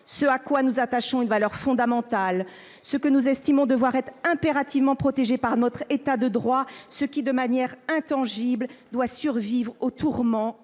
ce à quoi nous attachons une valeur fondamentale, ce que nous estimons devoir être impérativement protégé par notre État de droit, ce qui de manière intangible doit survivre aux tourments